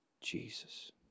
Jesus